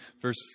verse